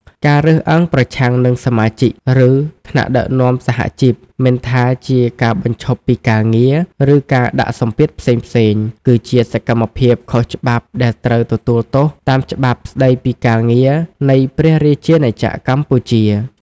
ការរើសអើងប្រឆាំងនឹងសមាជិក ឬថ្នាក់ដឹកនាំសហជីព មិនថាជាការបញ្ឈប់ពីការងារ ឬការដាក់សម្ពាធផ្សេងៗ គឺជាសកម្មភាពខុសច្បាប់ដែលត្រូវទទួលទោសតាមច្បាប់ស្តីពីការងារនៃព្រះរាជាណាចក្រកម្ពុជា។